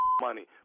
money